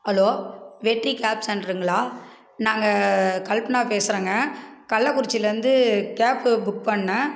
hello Vetri cab செண்டருங்களா நாங்கள் கல்பனா பேசுகிறங்க கள்ளக்குறிச்சிலேருந்து கேப் புக் பண்ணிணேன்